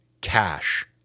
cash